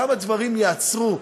כמה דברים ייעצרו,